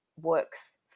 works